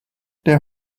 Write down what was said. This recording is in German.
der